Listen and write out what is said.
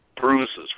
bruises